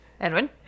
Edwin